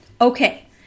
Okay